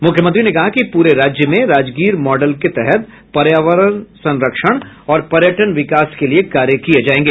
मुख्यमंत्री ने कहा कि प्रे राज्य में राजगीर मॉडल के तहत पर्यावरण संरक्षण और पर्यटन विकास के लिए कार्य किया जायेगा